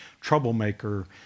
troublemaker